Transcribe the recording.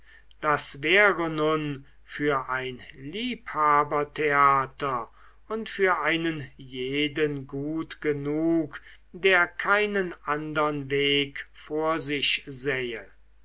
das wäre nun für ein liebhabertheater und für einen jeden gut genug der keinen andern weg vor sich sähe